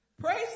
Praise